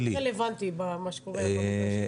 זה לא כל כך רלוונטי למה שקורה במגרשים,